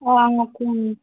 okay అండి